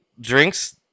drinks